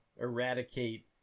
eradicate